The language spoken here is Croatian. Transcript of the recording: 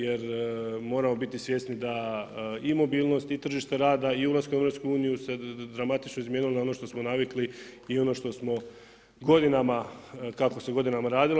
Jer moramo biti svjesni da i mobilnost i tržište rada i ulaska u EU se dramatično izmijenilo na ono što smo navikli i ono što smo godinama, kako se godinama radilo.